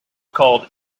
called